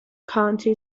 county